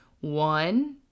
One